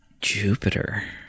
Jupiter